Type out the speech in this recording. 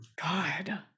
God